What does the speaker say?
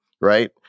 right